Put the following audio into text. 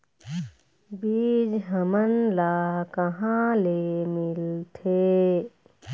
बीज हमन ला कहां ले मिलथे?